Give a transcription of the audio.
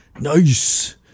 Nice